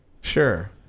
sure